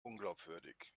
unglaubwürdig